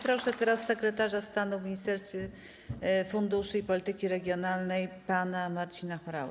Proszę teraz sekretarza stanu w Ministerstwie Funduszy i Polityki Regionalnej pana Marcina Horałę.